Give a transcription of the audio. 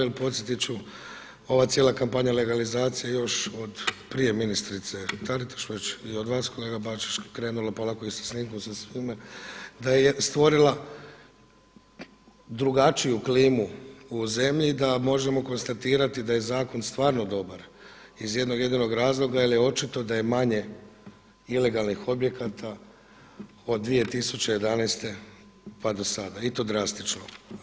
Jer podsjetit ću ova cijela kampanja legalizacije još od prije ministrice Tatiraš i od vas kolega Bačić krenulo se polako i sa snimkom i sa svime, da je stvorila drugačiju klimu u zemlji da možemo konstatirati da je zakon stvarno dobar iz jednog jedinog razloga, jer je očito da je manje ilegalnih objekata od 2011. pa do sada i to drastično.